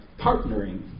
partnering